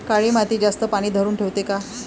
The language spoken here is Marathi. काळी माती जास्त पानी धरुन ठेवते का?